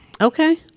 Okay